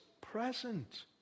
present